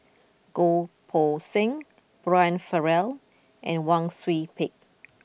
Goh Poh Seng Brian Farrell and Wang Sui Pick